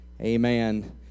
Amen